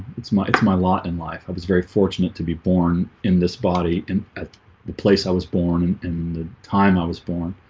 it's my it's my lot in life i was very fortunate to be born in this body and the place i was born and the time i was born